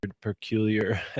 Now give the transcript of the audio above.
peculiar